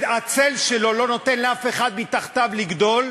הצל שלו לא נותן לאף אחד מתחתיו לגדול.